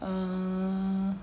err